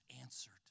answered